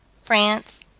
france,